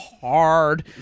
Hard